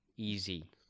Easy